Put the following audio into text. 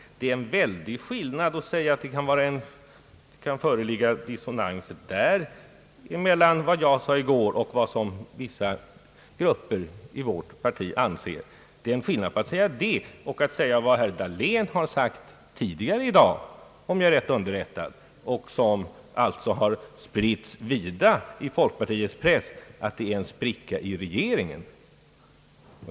Det är en väldig skillnad mellan att säga att det kan föreligga dissonanser mellan vad jag sade i går och vad vissa grupper i vårt parti anser och att säga vad herr Dahlén sagt tidigare i dag — om jag är rätt underrättad — och som har spritts i folkpartiets press, att det är en spricka i regeringen.